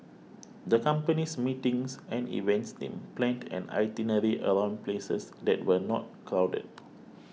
the company's meetings and events team planned an itinerary around places that were not crowded